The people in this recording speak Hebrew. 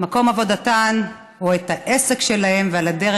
מקום עבודתן או את העסק שלהן ועל הדרך